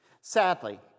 Sadly